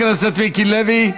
תודה לחבר הכנסת מיקי לוי.